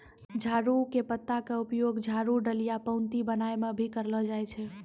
ताड़ के पत्ता के उपयोग झाड़ू, डलिया, पऊंती बनाय म भी करलो जाय छै